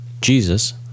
Jesus